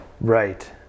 Right